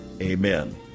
Amen